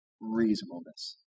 reasonableness